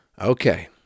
Okay